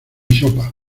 sopa